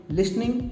Listening